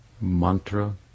Mantra